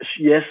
yes